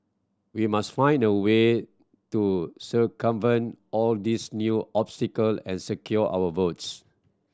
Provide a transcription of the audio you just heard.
we must find a way to circumvent all these new obstacle and secure our votes